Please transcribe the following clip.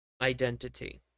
identity